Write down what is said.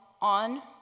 on